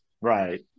Right